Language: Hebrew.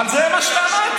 אבל זה מה שאמרת.